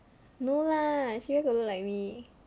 no lah she where got look like me